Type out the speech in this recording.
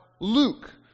Luke